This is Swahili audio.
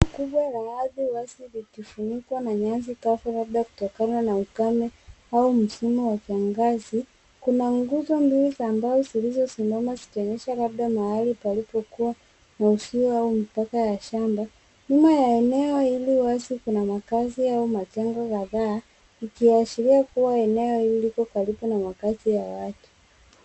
Eneo kubwa la ardhi wazi likifunikwa na nyasi kavu labda kutokana na ukame au msimo wa kiangazi. Kuna nguzo mbili za mbao zilizosimama zikionyesha labda mahali palipokuwa mhusiwa au mpaka ya shamba. Nyuma ya eneo hili wazi kuna makazi au majengo kadhaa, ikiashiria kuwa eneo hili liko karibu na makazi ya watu.